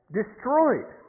destroyed